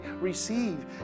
receive